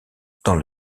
dans